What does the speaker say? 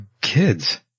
kids